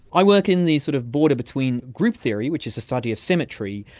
i work in the sort of border between group theory, which is the study of symmetry,